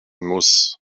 muss